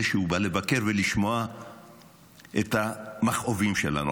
שהוא בא לבקר ולשמוע את המכאובים שלנו.